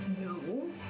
No